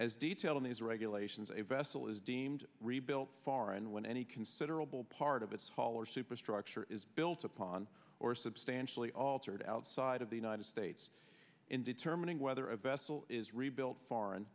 as detail in these regulations a vessel is deemed rebuilt far and when any considerable part of its haul or superstructure is built upon or substantially altered outside of the united states in determining whether a vessel is rebuilt foreign